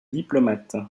diplomate